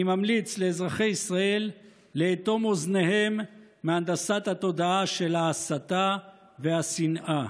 אני ממליץ לאזרחי ישראל לאטום אוזניהם מהנדסת התודעה של ההסתה והשנאה.